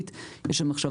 רק שזה היה כמה